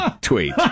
tweet